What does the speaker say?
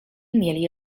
mieli